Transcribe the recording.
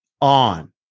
on